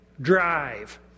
Drive